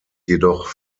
jedoch